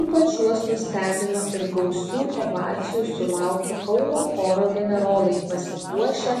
ypač juos nustebino ir gausių ovacijų sulaukė kauno choro generolai pasipuošę